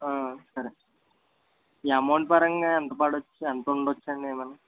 సరే అమౌంట్ పరంగా ఎంత పడచ్చు ఎంత ఉండవచ్చు అండి